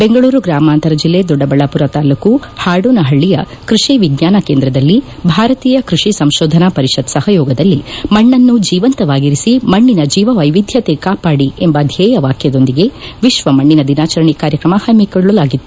ಬೆಂಗಳೂರು ಗ್ರಾಮಾಂತರ ಜಿಲ್ಲೆ ದೊಡ್ಡಬಳ್ಳಾಪುರ ತಾಲೂಕು ಹಾಡೋನಪಳ್ಯಯ ಕೃಷಿ ವಿಜ್ಞಾನ ಕೇಂದ್ರದಲ್ಲಿ ಭಾರತೀಯ ಕೃಷಿ ಸಂಶೋಧನಾ ಪರಿಷತ್ ಸುಪಯೋಗದಲ್ಲಿ ಮಣ್ಣನ್ನು ಜೀವಂತವಾಗಿರಿಸಿ ಮಣ್ಣಿನ ಜೀವ ವೈವಿಧ್ಯತೆ ಕಾಪಾಡಿ ಎಂಬ ಧ್ವೇಯವಾಕ್ಕದೊಂದಿಗೆ ಎತ್ತ ಮಣ್ಣಿನ ದಿನಾಚರಣೆ ಕಾರ್ಯಕ್ರಮ ಪಮ್ಮಿಕೊಳ್ಳಲಾಗಿತ್ತು